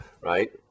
right